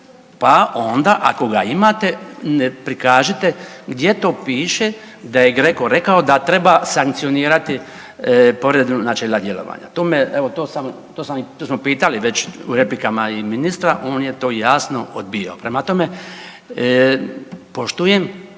Pa onda ako ga imate prikažite gdje to piše da je GRECO rekao da treba sankcionirati povredu načela djelovanja. To me, evo to smo pitali već u replikama i ministra. On je to jasno odbijao. Prema tome, poštujem